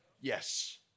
Yes